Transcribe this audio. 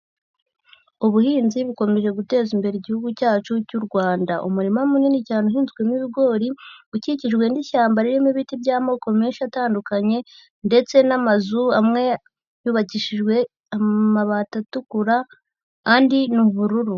Ubuhinzi bukomeje guteza imbere Igihugu cyacu cy'u Rwanda, umurima munini cyane uhinzwemo ibigori, ukikijwe n'ishyamba ririmo ibiti by'amoko menshi atandukanye ndetse n'amazu amwe yubakishijwe amabati atukura, andi ni ubururu.